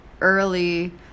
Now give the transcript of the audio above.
early